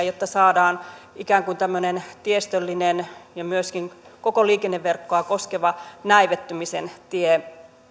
jotta saadaan ikään kuin tämmöinen tiestöllinen ja myöskin koko liikenneverkkoa koskeva näivettymisen